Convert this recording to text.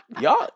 Y'all